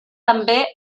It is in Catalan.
també